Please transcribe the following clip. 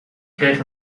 kreeg